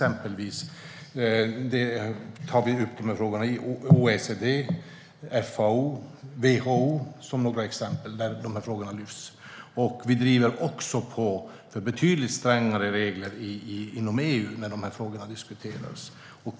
Vi tar upp dessa frågor i exempelvis OECD, FAO och WHO. Vi driver också på för betydligt strängare regler inom EU när frågorna diskuteras.